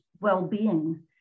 well-being